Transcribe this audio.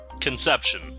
Conception